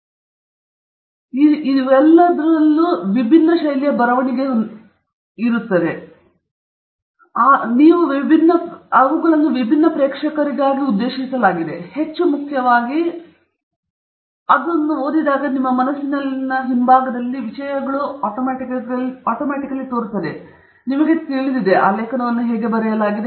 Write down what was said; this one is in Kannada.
ಮತ್ತು ನಾನು ಹೇಳಿದಂತೆ ಅವರೆಲ್ಲರೂ ವಿಭಿನ್ನ ಶೈಲಿಯ ಬರವಣಿಗೆಯನ್ನು ಹೊಂದಿದ್ದಾರೆ ಮತ್ತು ಏಕೆಂದರೆ ಅವರು ವಿಭಿನ್ನ ಶೈಲಿಯ ಬರವಣಿಗೆಯನ್ನು ಹೊಂದಿದ್ದಾರೆ ಮತ್ತು ಅವರು ವಿಭಿನ್ನ ಪ್ರೇಕ್ಷಕರಿಗಾಗಿ ಉದ್ದೇಶಿಸಲಾಗಿದೆ ಮತ್ತು ಹೆಚ್ಚು ಮುಖ್ಯವಾಗಿ ಅವರು ಬೇರೆ ಉದ್ದೇಶಕ್ಕಾಗಿ ಉದ್ದೇಶಿಸಲಾಗಿದೆ ಏಕೆಂದರೆ ಅದು ಹಾಗೆ ನೀವು ಅದನ್ನು ಓದಿದಾಗ ಅದು ನಿಮ್ಮ ಮನಸ್ಸಿನ ಹಿಂಭಾಗದಲ್ಲಿದೆ ನಿಮಗೆ ತಿಳಿದಿದೆ ಅದು ಹೇಗೆ ಲೇಖನವನ್ನು ಬರೆಯಲಾಗಿದೆ